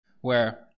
where-